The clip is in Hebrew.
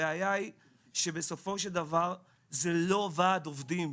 הבעיה היה שבסופו של דבר זה לא ועד עובדים,